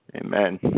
amen